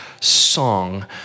song